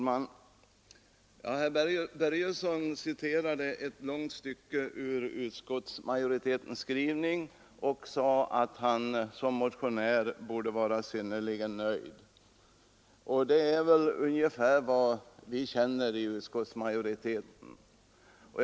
Fru talman! Herr Börjesson i Falköping citerade ett långt stycke ur majoritetens skrivning och sade, att han som motionär borde vara synnerligen nöjd, och det är väl också den känsla vi har inom utskottsmajoriteten.